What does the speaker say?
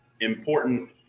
important